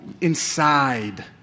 inside